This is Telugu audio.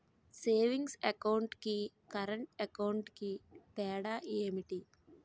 సేవింగ్స్ అకౌంట్ కి కరెంట్ అకౌంట్ కి తేడా ఏమిటి?